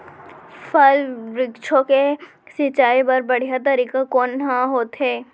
फल, वृक्षों के सिंचाई बर बढ़िया तरीका कोन ह होथे?